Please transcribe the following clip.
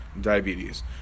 diabetes